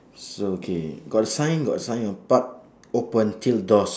so okay got sign got sign on park open till dusk